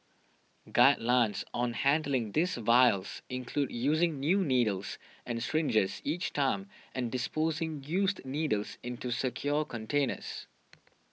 guidelines on handling these vials include using new needles and syringes each time and disposing used needles into secure containers